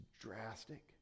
drastic